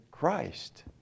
Christ